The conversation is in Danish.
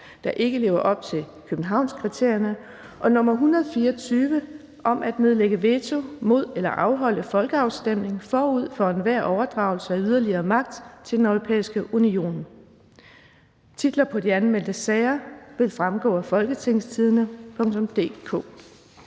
til folketingsbeslutning om at nedlægge veto mod eller afholde folkeafstemning forud for enhver overdragelse af yderligere magt til Den Europæiske Union). Titlerne på de anmeldte sager vil fremgå af www.folketingstidende.dk